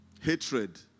hatred